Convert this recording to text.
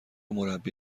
مربی